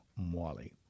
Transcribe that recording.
Mwali